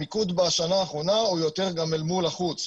המיקוד בשנה האחרונה הוא יותר גם אל מול החוץ.